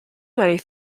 many